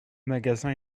magasin